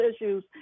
issues